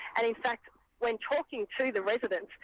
and in fact when talking to the residents,